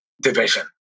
division